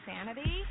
insanity